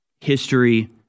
history